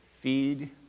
feed